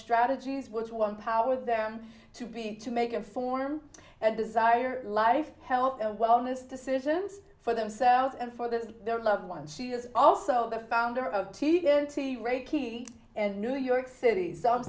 strategies which one powered them to be to make a form and desire life health and wellness decisions for themselves and for their is their loved ones she is also the founder of t n t reiki and new york city so i'm